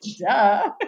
Duh